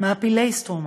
מעפילי "סטרומה"